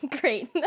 great